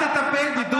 מה שעשית, איך תטפל בי?